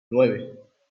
nueve